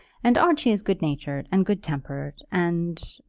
and archie is good-natured, and good-tempered, and